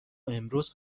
امروز